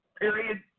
period